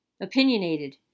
opinionated